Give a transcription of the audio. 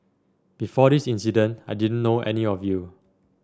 before this incident I didn't know any of you